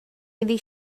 iddi